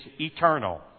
eternal